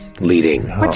leading